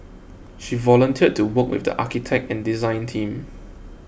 she volunteered to work with the architect and design team